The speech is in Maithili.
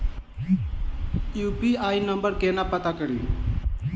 यु.पी.आई नंबर केना पत्ता कड़ी?